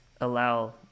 allow